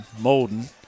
Molden